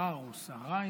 שר או שרה,